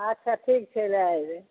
अच्छा ठीक छै लए अयबै